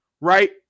right